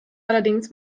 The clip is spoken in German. allerdings